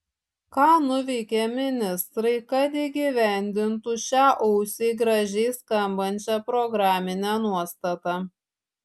ką nuveikė ministrai kad įgyvendintų šią ausiai gražiai skambančią programinę nuostatą